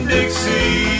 Dixie